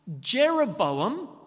Jeroboam